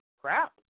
Crap